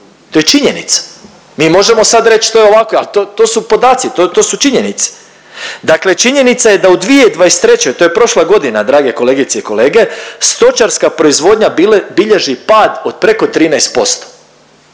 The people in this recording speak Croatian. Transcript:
To je činjenica. Mi možemo sad reći to je ovako al to su podaci, to su činjenice. Dakle, činjenica je da u 2023. to je prošla godina drage kolegice i kolege stočarska proizvodnja bilježi pad od preko 13%.